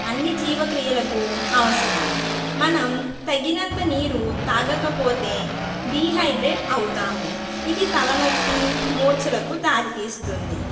అన్ని జీవ క్రియలకు అవసరం మనం తగినంత నీరు తాగకపోతే డిహైడ్రేట్ అవుతాము ఇది తలనొప్పి మూర్ఛలకు దారితీస్తుంది